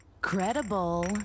Credible